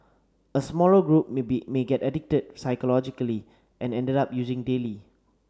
a smaller group may be may get addicted psychologically and end up using daily